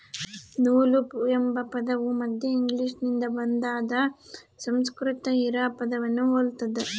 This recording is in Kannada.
ನೂಲು ಎಂಬ ಪದವು ಮಧ್ಯ ಇಂಗ್ಲಿಷ್ನಿಂದ ಬಂದಾದ ಸಂಸ್ಕೃತ ಹಿರಾ ಪದವನ್ನು ಹೊಲ್ತದ